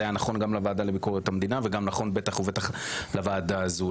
זה היה נכון גם לוועדה לביקורת המדינה וגם נכון בטח ובטח לוועדה הזו,